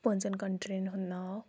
پانٛژَن کَنٹِرٛیَن ہُنٛد ناو